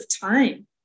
time